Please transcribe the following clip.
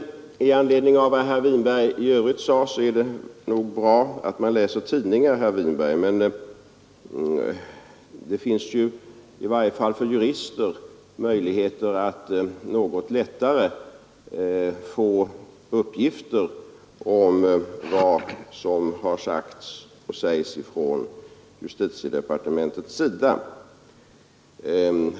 I anledning av vad herr Winberg i övrigt sade vill jag påpeka att det är nog bra att man läser tidningen, herr Winberg, men det finns i varje fall för jurister möjligheter att något lättare få uppgifter om vad som har sagts och sägs från justitiedepartementets sida.